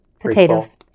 potatoes